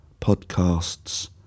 podcasts